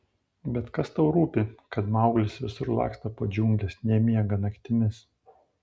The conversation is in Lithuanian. bet kas tau rūpi kad mauglis visur laksto po džiungles nemiega naktimis